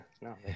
No